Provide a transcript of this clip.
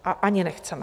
A ani nechceme.